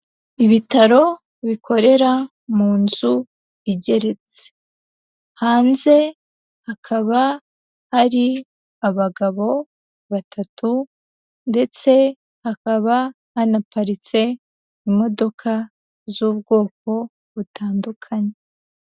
Ibitaro bikorera mu nzu igeretse. Hanze hakaba hari abagabo batatu ndetse hakaba hanaparitse imodoka z'ubwoko butandukanye.